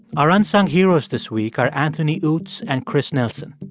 our unsung heroes this week are anthony utz and chris nelson.